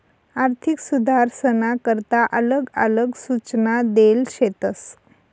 आर्थिक सुधारसना करता आलग आलग सूचना देल शेतस